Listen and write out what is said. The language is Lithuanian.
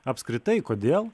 apskritai kodėl